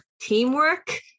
teamwork